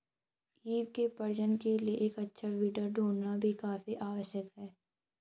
ewe के प्रजनन के लिए एक अच्छा ब्रीडर ढूंढ़ना भी काफी आवश्यक है